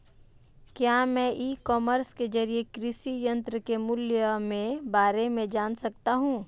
क्या मैं e commerce के ज़रिए कृषि यंत्र के मूल्य में बारे में जान सकता हूँ?